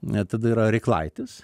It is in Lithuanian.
tada yra riklaitis